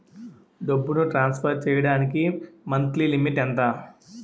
డబ్బును ట్రాన్సఫర్ చేయడానికి monthly limit ఎంత?